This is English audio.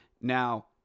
Now